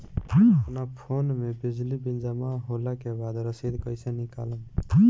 अपना फोन मे बिजली बिल जमा होला के बाद रसीद कैसे निकालम?